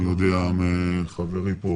אני יודע מחברי כאן